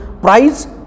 price